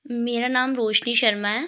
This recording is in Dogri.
मेरा नाम रोशनी शर्मा ऐ